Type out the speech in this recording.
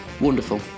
Wonderful